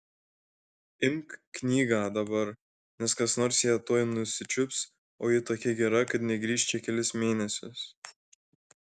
imk knygą dabar nes kas nors ją tuoj nusičiups o ji tokia gera kad negrįš čia kelis mėnesius